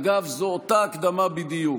אגב, זו אותה הקדמה בדיוק.